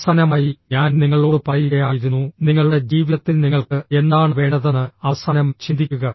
അവസാനമായി ഞാൻ നിങ്ങളോട് പറയുകയായിരുന്നു നിങ്ങളുടെ ജീവിതത്തിൽ നിങ്ങൾക്ക് എന്താണ് വേണ്ടതെന്ന് അവസാനം ചിന്തിക്കുക